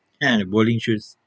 ya the bowling shoes